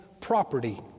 property